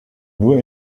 nur